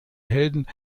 helden